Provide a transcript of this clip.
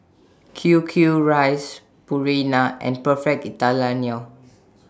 Q Q Rice Purina and Perfect Italiano